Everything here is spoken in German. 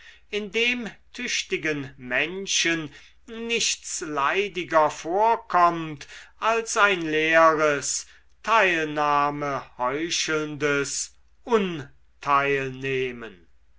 konnte indem tüchtigen menschen nichts leidiger vorkommt als ein leeres teilnahme heuchelndes